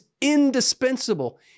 indispensable